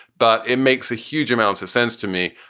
but it makes a huge amount of sense to me.